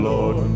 Lord